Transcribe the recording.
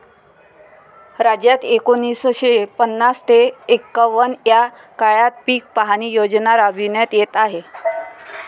राज्यात एकोणीसशे पन्नास ते एकवन्न या काळात पीक पाहणी योजना राबविण्यात येत आहे